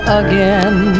again